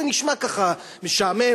זה נשמע ככה משעמם,